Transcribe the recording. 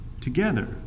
Together